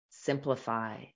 Simplify